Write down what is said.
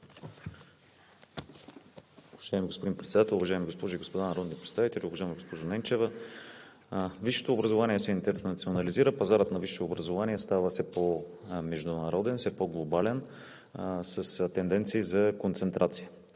Уважаеми господин Председател, уважаеми госпожи и господа народни представители! Уважаема госпожо Ненчева, висшето образование се интернационализира, пазарът на висше образование става все по-международен, все по-глобален с тенденции за концентрация.